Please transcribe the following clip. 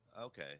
okay